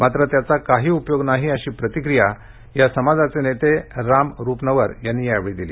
मात्र त्याचा काही उपयोग नाही अशी प्रतिक्रिया या समाजाचे नेते राम रुपनवर यांनी यावेळी दिली